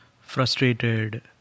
frustrated